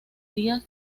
días